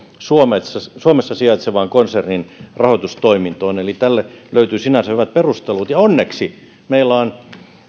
suomessa suomessa sijaitsevaan konsernin rahoitustoimintoon eli tälle löytyy sinänsä hyvät perustelut onneksi meillä on